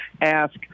ask